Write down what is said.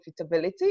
profitability